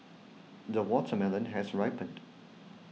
the watermelon has ripened